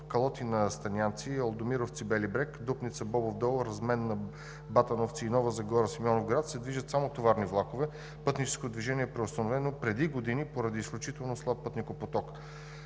Калотина – Станянци, Алдомировци – Бели брег, Дупница – Бобов дол, Разменна – Батановци, и Нова Загора – Симеоновград, се движат само товарни влакове. Пътническото движение е преустановено преди години поради изключително слаб пътникопоток.